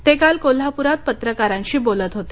ते काल कोल्हापुरात पत्रकांशी बोलत होते